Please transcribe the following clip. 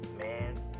man